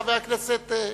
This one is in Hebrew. חבר הכנסת זאב,